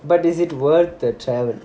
but is it worth the travel